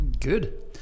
Good